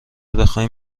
بخواین